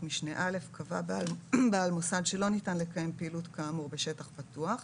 משנה (א) קבע בעל מוסד שלא ניתן לקיים פעילות כאמור בשטח פתוח,